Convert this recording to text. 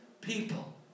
people